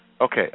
Okay